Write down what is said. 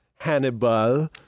Hannibal